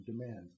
demand